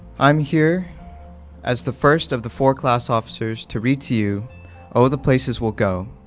i'm here as the first of the four class officers to read to you oh, the places we'll go!